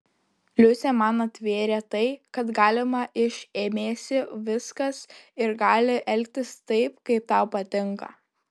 liucė man atvėrė tai kad galima iš ėmėsi viskas ir gali elgtis taip kaip tau patinka